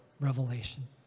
revelation